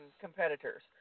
competitors